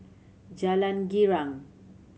Jalan Girang